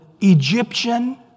Egyptian